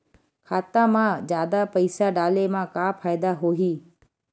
खाता मा जादा पईसा डाले मा का फ़ायदा होही?